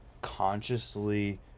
consciously